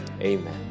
Amen